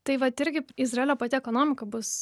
tai vat irgi izraelio pati ekonomika bus